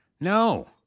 no